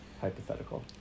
hypothetical